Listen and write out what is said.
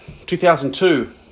2002